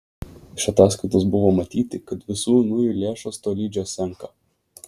iš ataskaitos buvo matyti kad visų ūmiųjų lėšos tolydžio senka